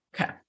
okay